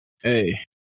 hey